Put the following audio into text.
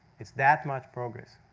it's that much progress.